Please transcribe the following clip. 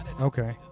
Okay